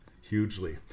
hugely